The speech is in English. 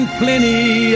plenty